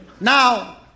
now